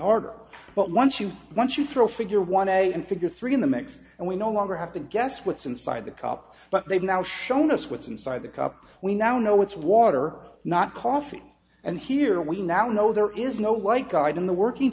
harder but once you once you throw figure one a and figure three in the mix and we no longer have to guess what's inside the cup but they've now shown us what's inside the cup we now know what's water not coffee and here we now know there is no white guide in the working